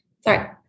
Sorry